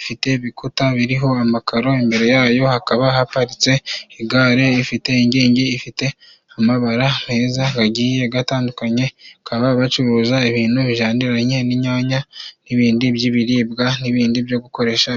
ifite ibikuta biriho amakaro，imbere yayo hakaba haparitse igare， ifite inkingi， ifite amabara meza， gagiye gatandukanye，bakaba bacuruza ibintu bijanyiranye，inyanya n'ibindi by'ibiribwa，n'ibindi byo gukoresha.